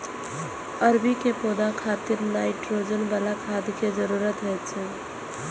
अरबी के पौधा खातिर नाइट्रोजन बला खाद के जरूरत होइ छै